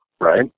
right